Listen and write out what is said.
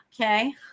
Okay